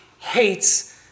hates